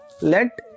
Let